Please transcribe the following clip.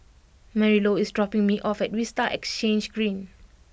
Marylou is dropping me off at Vista Exhange Green